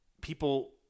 people